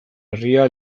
herria